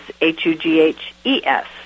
H-U-G-H-E-S